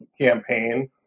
campaign